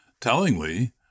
Tellingly